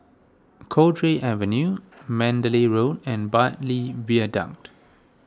Cowdray Avenue Mandalay Road and Bartley